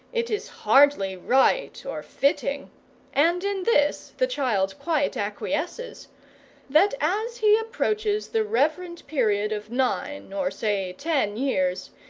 it is hardly right or fitting and in this the child quite acquiesces that as he approaches the reverend period of nine or say ten years,